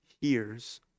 hears